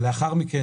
לאחר מכן,